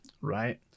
right